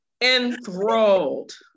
enthralled